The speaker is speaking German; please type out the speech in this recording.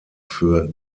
für